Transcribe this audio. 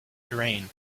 terrain